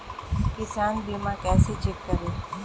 किसान बीमा कैसे चेक करें?